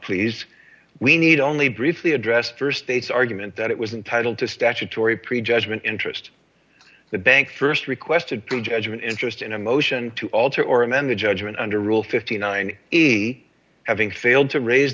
please we need only briefly addressed st dates argument that it was entitled to statutory prejudgment interest the bank st requested prejudgment interest in a motion to alter or amend the judgment under rule fifty nine having failed to raise